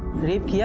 raped yeah